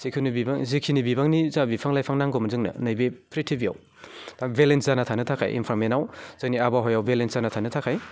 जिखुनु बिबां जिखिनि बिबांनि जोंहा बिफां लाइफां नांगौमोन जोंनो नैबे पृथ्वीयाव बेलेन्स जाना थानो थाखाय एनभायर्नमेन्टआव जोंनि आबहावायाव बेलेन्स जाना थानो थाखाय